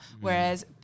whereas